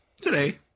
Today